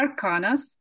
arcanas